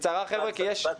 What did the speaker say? שר ההשכלה הגבוהה והמשלימה,